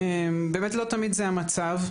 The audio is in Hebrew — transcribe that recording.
באמת לא תמיד זה המצב,